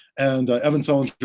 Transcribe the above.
and evan selinger